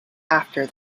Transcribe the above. after